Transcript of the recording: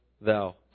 thou